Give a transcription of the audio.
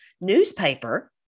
newspaper